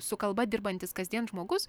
su kalba dirbantis kasdien žmogus